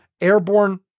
airborne